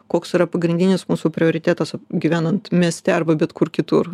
koks yra pagrindinis mūsų prioritetas gyvenant mieste arba bet kur kitur